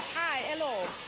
hi. hello.